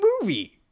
movie